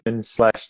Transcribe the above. slash